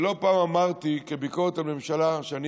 ולא פעם אמרתי כביקורת על הממשלה, אני